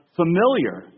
familiar